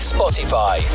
Spotify